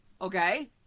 Okay